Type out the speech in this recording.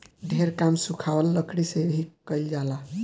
ढेर काम सुखावल लकड़ी से ही कईल जाला